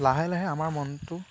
লাহে লাহে আমাৰ মনটো